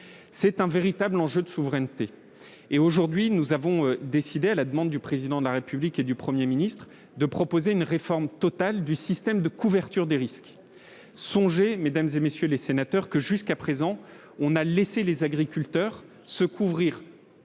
d'un véritable enjeu de souveraineté. C'est pourquoi nous avons décidé, sur l'initiative du Président de la République et du Premier ministre, de proposer une réforme totale du système de couverture des risques. Songez, mesdames, messieurs les sénateurs, que, jusqu'à présent, nous avons laissé les agriculteurs se couvrir